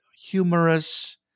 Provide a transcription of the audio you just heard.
humorous